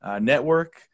network